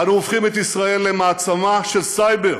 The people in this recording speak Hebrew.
אנו הופכים את ישראל למעצמה של סייבר,